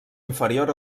inferior